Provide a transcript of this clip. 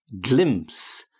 Glimpse